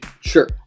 Sure